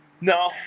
No